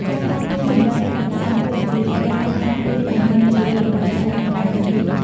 ការការពារជម្រកទឹកសាប គឺជាការការពារដង្ហើមជីវិតរបស់សត្វកង្កែប និងហ៊ីង។